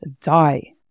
die